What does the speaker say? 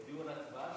הודיעו על הצבעה,